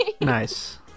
Nice